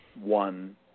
one